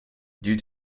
due